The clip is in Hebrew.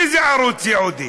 איזה ערוץ ייעודי?